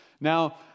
Now